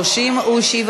התשע"ו 2016,